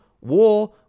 war